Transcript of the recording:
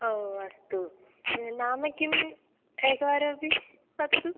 ओ अस्तु नाम किम् एकवारमपि वदतु